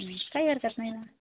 काही हरकत नाही ना